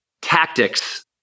tactics